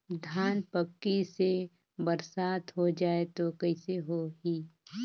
धान पक्की से बरसात हो जाय तो कइसे हो ही?